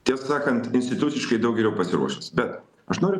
tiesą sakant instituciškai daug geriau pasiruošęs bet aš noriu